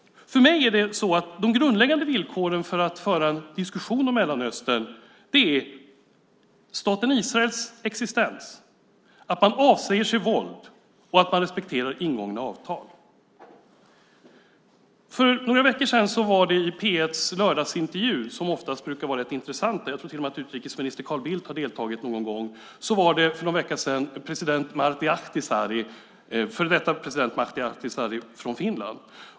För mig är det så att de grundläggande villkoren för att föra en diskussion om Mellanöstern är staten Israels existens, att man avsäger sig våld och att man respekterar ingångna avtal. För några veckor sedan i P 1:s lördagsintervju, som oftast brukar vara rätt intressant - jag tror till och med att utrikesminister Carl Bildt har deltagit någon gång - var det före detta president Martti Ahtisaari från Finland.